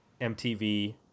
MTV